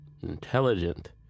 intelligent